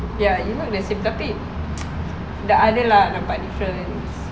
ya you look the same tapi but ada lah nampak difference